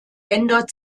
ändert